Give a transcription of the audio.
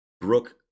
Brooke